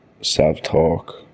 self-talk